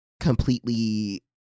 completely